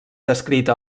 descrita